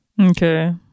okay